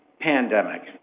Pandemic